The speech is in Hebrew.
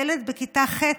ילד בכיתה ח',